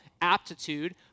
aptitude